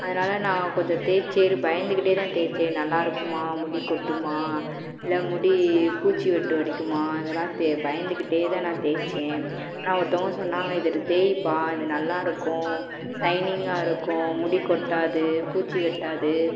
அதனால நான் கொஞ்சம் தேய்ச்சு சரி பயந்துக்கிட்டே தான் தேய்ச்சேன் நல்லா இருக்குமா முடி கொட்டுமா இல்லை முடி பூச்சு வெட்டு அடிக்குமா இதெல்லாம் தெ பயந்துக்கிட்டே தான் நான் தேய்ச்சேன் ஆனால் ஒருத்தவங்க சொன்னாங்க இது தேய்ப்பா இது நல்லா இருக்கும் சைனிங்காக இருக்கும் முடி கொட்டாது பூச்சி வெட்டாது